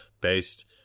based